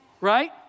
right